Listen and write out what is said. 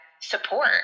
support